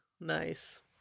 Nice